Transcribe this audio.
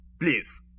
Please